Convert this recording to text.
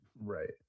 right